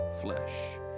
flesh